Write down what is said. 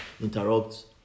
interrupt